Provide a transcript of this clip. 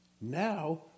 now